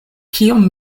kiom